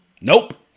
Nope